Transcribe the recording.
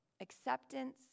acceptance